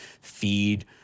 feed